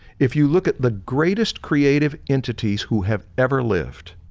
if you look at the greatest creative entities who have ever lived,